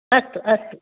अस्तु अस्तु